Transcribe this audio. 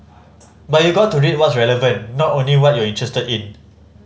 but you got to read what's relevant not only what you're interested in